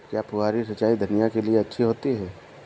क्या फुहारी सिंचाई धनिया के लिए अच्छी होती है?